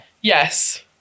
Yes